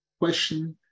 Question